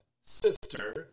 sister